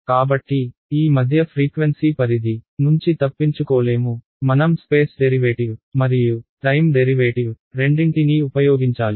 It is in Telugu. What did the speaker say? కాబట్టి ఈ మధ్య ఫ్రీక్వెన్సీ పరిధి నుంచి తప్పించుకోలేము మనం స్పేస్ డెరివేటివ్ మరియు టైమ్ డెరివేటివ్ రెండింటినీ ఉపయోగించాలి